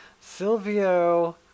Silvio